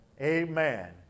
Amen